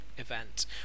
event